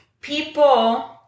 people